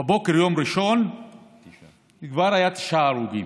בבוקר יום ראשון כבר היו תשעה הרוגים.